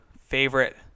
favorite